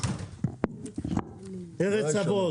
ארץ אבות.